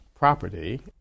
property